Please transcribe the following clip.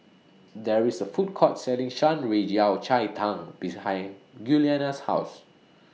There IS A Food Court Selling Shan Rui Yao Cai Tang behind Giuliana's House